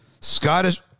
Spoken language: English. Scottish